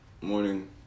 Morning